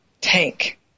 tank